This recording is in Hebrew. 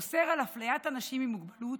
אוסר על אפליית אנשים עם מוגבלות,